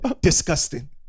disgusting